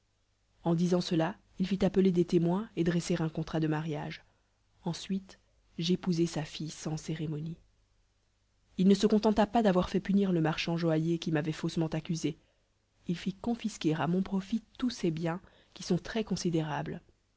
en disant cela il fit appeler des témoins et dresser un contrat de mariage ensuite j'épousai sa fille sans cérémonie il ne se contenta pas d'avoir fait punir le marchand joaillier qui m'avait faussement accusé il fit confisquer à mon profit tous ses biens qui sont